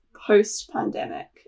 post-pandemic